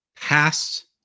past